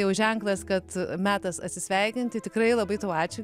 jau ženklas kad metas atsisveikinti tikrai labai tau ačiū